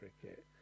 cricket